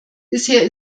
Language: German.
bisher